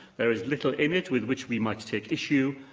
there is little in it with which we might take issue,